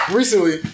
recently